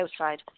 outside